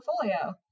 portfolio